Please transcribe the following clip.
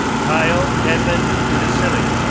kyle edmond ruedisili,